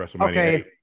okay